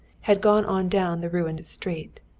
had gone on down the ruined street.